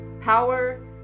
power